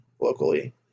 locally